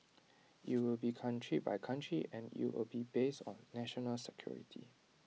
IT will be country by country and IT will be based on national security